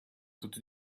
тут